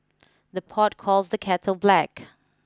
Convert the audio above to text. the pot calls the kettle black